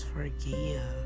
Forgive